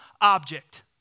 object